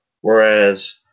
Whereas